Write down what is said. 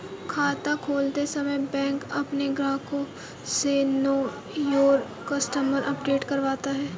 खाता खोलते समय बैंक अपने ग्राहक से नो योर कस्टमर अपडेट करवाता है